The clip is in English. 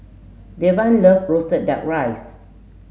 Devan loves roasted duck rice